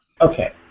Okay